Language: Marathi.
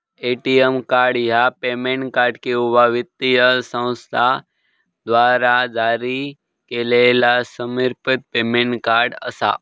ए.टी.एम कार्ड ह्या पेमेंट कार्ड किंवा वित्तीय संस्थेद्वारा जारी केलेला समर्पित पेमेंट कार्ड असा